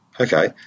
Okay